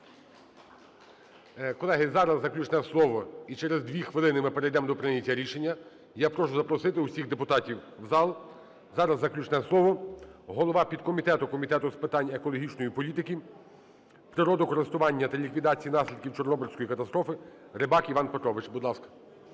Колеги, зараз заключне слово, і через дві хвилини ми перейдемо до прийняття рішення. Я прошу запросити всіх депутатів в зал. Зараз заключне слово - голова підкомітету Комітету з питань екологічної політики, природокористування та ліквідації наслідків Чорнобильської катастрофи Рибак Іван Петрович. Будь ласка.